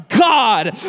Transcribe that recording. God